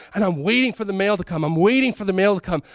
and i'm waiting for the mail to come. i'm waiting for the mail to come.